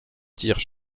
tirent